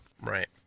Right